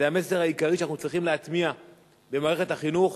והמסר העיקרי שאנחנו צריכים להטמיע במערכת החינוך,